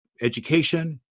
education